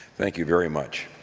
thank you very much.